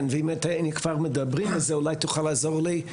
ואם כבר מדברים, אז אולי תוכל לעזור לי.